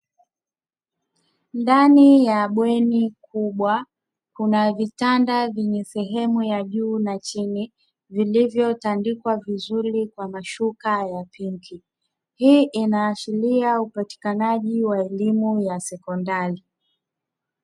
Ndani ya bweni kubwa kuna vitanda vyenye sehemu ya juu na chini, vilivyotandikwa vizuri kwa mashuka ya pinki. Hii inaashiria upatikanaji wa elimu ya sekondari.